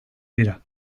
dira